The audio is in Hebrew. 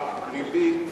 הריבית